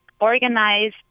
organize